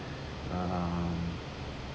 um